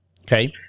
Okay